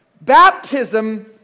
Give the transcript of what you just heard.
baptism